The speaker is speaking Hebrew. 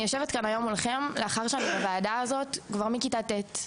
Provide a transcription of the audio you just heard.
אני יושבת כאן היום מולכם לאחר שאני בוועדה הזאת כבר מכיתה ט'.